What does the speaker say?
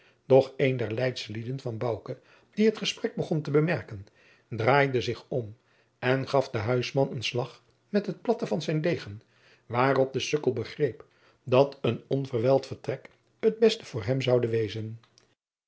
doch een der leidslieden van bouke die het gesprek begon te bemerken draaide zich om en gaf den huisman een slag met het platte van zijn degen waarop de sukkel begreep dat een onverwijld vertrek het beste voor hem zoude wezen